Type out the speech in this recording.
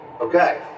Okay